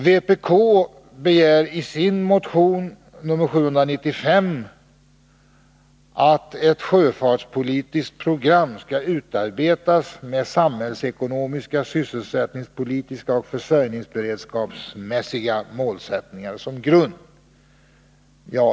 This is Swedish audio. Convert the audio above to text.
Vpk begär i sin motion 795 att ett sjöfartspolitiskt program skall utarbetas med samhällsekonomiska, sysselsättningspolitiska och försörjningsberedskapsmässiga målsättningar som grund.